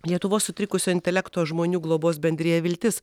lietuvos sutrikusio intelekto žmonių globos bendrija viltis